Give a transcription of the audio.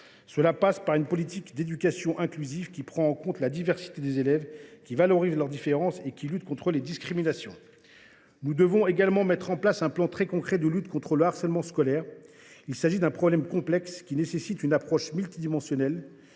Cela passe par une politique d’éducation inclusive, prenant en compte la diversité des élèves, valorisant leurs différences et luttant contre les discriminations. Nous devons également mettre en place un plan très concret de lutte contre le harcèlement scolaire. Il s’agit d’un problème complexe, qui nécessite une approche multidimensionnelle.